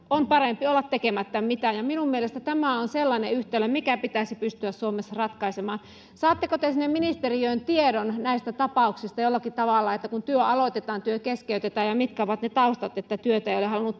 on parempi olla tekemättä mitään ja minun mielestäni tämä on sellainen yhtälö mikä pitäisi pystyä suomessa ratkaisemaan saatteko te sinne ministeriöön tiedon näistä tapauksista jollakin tavalla että kun työ aloitetaan ja työ keskeytetään niin mitkä ovat ne taustat että työtä ei ole halunnut